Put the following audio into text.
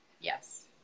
Yes